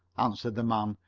answered the man,